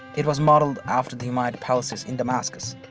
it was modeled after the umayyad palaces in damascus.